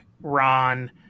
ron